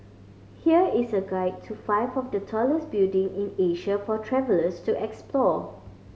here is a guide to five of the tallest building in Asia for travellers to explore